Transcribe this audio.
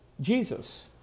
Jesus